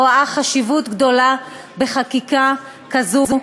רואה חשיבות גדולה בחקיקה כזו,